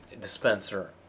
dispenser